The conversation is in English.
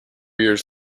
years